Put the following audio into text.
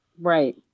Right